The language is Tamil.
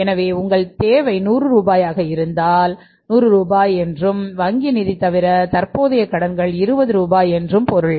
எனவே உங்கள் தேவை 100 ரூபாய் என்றும் வங்கி நிதி தவிர தற்போதைய கடன்கள் 20 ரூபாய் என்றும் பொருள்